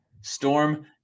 Storm